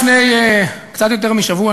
לפני קצת יותר משבוע,